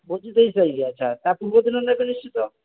ଭୋଜି ଦେଇ ତେଇଶରେ ଆଚ୍ଛା ତା' ପୂର୍ବଦିନ ନେବେ ନିଶ୍ଚିତ